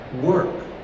work